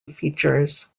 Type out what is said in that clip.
features